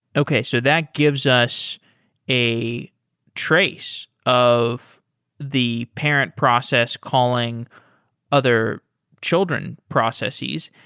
okay. so that gives us a trace of the parent process calling other children processes.